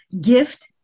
gift